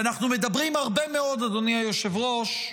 אדוני היושב-ראש,